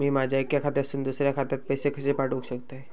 मी माझ्या एक्या खात्यासून दुसऱ्या खात्यात पैसे कशे पाठउक शकतय?